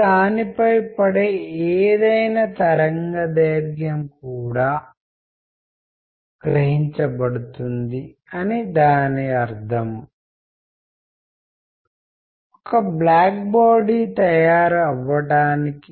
ఇప్పుడు మీరు hard skills కఠిన నైపుణ్యాలకు విరుద్ధంగా సాఫ్ట్ స్కిల్స్ ను నిర్వచించాలనుకుంటే సాఫ్ట్ స్కిల్స్ ను నిర్వచించడం కష్టం కొలవడం కష్టం